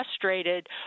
frustrated